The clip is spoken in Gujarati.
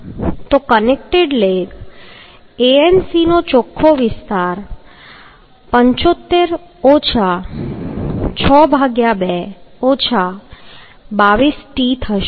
તો કનેક્ટેડ લેગ Anc નો ચોખ્ખો વિસ્તાર t થશે